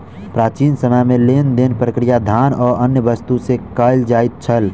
प्राचीन समय में लेन देन प्रक्रिया धान आ अन्य वस्तु से कयल जाइत छल